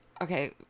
Okay